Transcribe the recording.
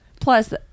Plus